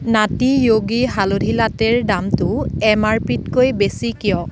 নাটী য়োগী হালধি লাটেৰ দামটো এম আৰ পিতকৈ বেছি কিয়